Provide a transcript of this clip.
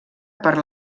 per